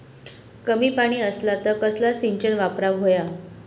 कमी पाणी असला तर कसला सिंचन वापराक होया?